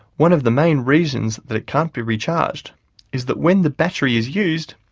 one of the main reasons that it can't be recharged is that when the battery is used,